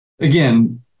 again